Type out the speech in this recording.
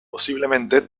posiblemente